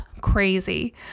crazy